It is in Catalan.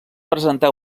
presentar